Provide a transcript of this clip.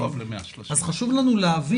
אז חשוב לנו להבין